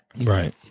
Right